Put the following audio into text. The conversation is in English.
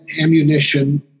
ammunition